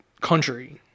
country